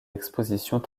expositions